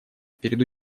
перед